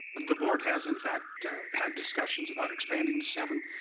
the board has in fact had discussions about expanding to seven.